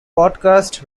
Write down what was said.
podcast